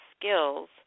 skills